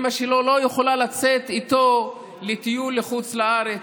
אימא שלו לא יכולה לצאת איתו לטיול לחוץ-לארץ,